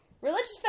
religious